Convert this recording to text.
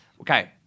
Okay